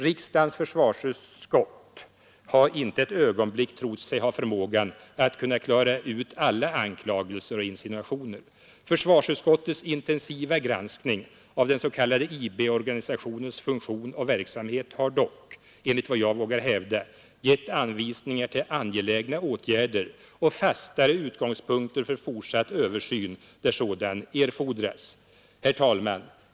Riksdagens försvarsutskott har inte ett ögonblick trott sig ha förmågan att klara ut alla anklagelser och insinuationer. Försvarsutskottets intensiva granskning av den s.k. IB organisationens funktion och verksamhet har dock, enligt vad jag vågar hävda, givit anvisningar om angelägna åtgärder och fastare utgångspunkter för fortsatt översyn, där sådan erfordras. Herr talman!